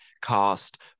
cast